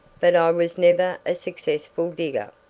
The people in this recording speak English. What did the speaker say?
but i was never a successful digger.